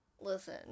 listen